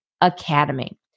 Academy